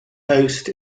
housed